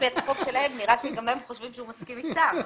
לפי התגובה שלהם נראה שגם הם חושבים שהוא מסכים אתם.